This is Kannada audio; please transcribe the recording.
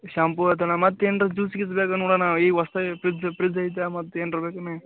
ಶಾಂಪೂ ಆಯ್ತಣ್ಣ ಮತ್ತೆನ್ರ ಜೂಸ್ ಗೀಸ್ ಬೇಕಾ ನೋಡಣ್ಣ ಈಗ ಹೊಸ್ತಾಗೆ ಫ್ರಿಜ್ಜು ಫ್ರಿಜ್ಜು ಐತೆ ಮತ್ತು ಏನರ ಬೇಕೆನು